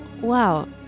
wow